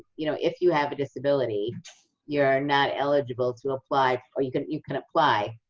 you know, if you have a disability you're not eligible to apply or, you can you can apply,